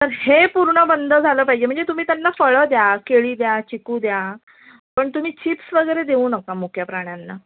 हे पूर्ण बंद झालं पाहिजे म्हणजे तुम्ही त्यांना फळं द्या केळी द्या चिकू द्या पण तुम्ही चिप्स वगैरे देऊ नका मुक्या प्राण्यांना